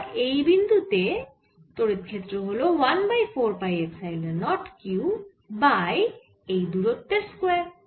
আবার এই বিন্দু তে তড়িৎ ক্ষেত্র হল 1 by 4 pi epsilon naught q by এই দুরত্বের স্কয়ার